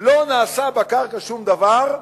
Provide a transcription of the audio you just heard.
לא נעשה בקרקע שום דבר,